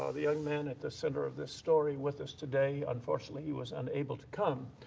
ah the young man at the center of this story, with us today. unfortunately, he was unable to come.